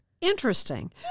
Interesting